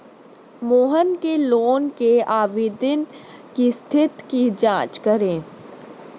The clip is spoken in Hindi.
मोहन के लोन के आवेदन की स्थिति की जाँच करें